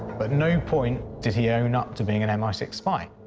but no point did he own up to being an m i six spy.